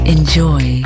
Enjoy